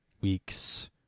week's